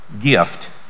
gift